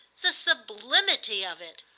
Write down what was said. the sublimity of it.